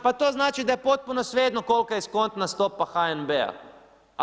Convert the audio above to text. Pa to znači da je potpuno svejedno kolika je eskontna stopa HNB-a.